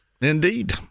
indeed